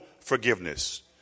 forgiveness